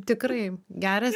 tikrai geras